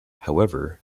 however